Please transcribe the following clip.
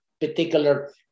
particular